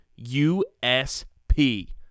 USP